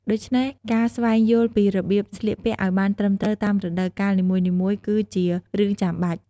ដូច្នេះ ការស្វែងយល់ពីរបៀបស្លៀកពាក់ឲ្យបានត្រឹមត្រូវតាមរដូវកាលនីមួយៗគឺជារឿងចាំបាច់។